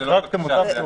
החרגתם אותם.